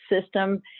system